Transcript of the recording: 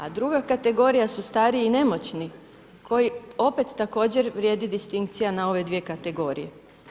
A druga kategorija su stari i nemoćni koji opet također vrijedi distinkcija na ove dvije kategorije.